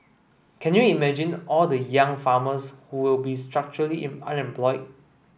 can you imagine all the young farmers who will be structurally unemployed